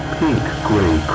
pink-gray